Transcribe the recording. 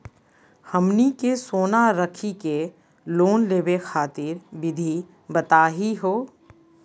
हमनी के सोना रखी के लोन लेवे खातीर विधि बताही हो?